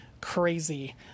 crazy